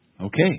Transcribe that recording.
Okay